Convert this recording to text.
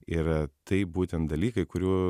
ir tai būtent dalykai kurių